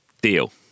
Deal